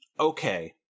Okay